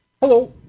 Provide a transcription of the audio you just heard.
Hello